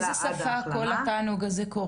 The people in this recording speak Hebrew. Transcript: באיזו שפה זה קורה?